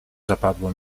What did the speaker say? zapadło